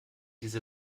diese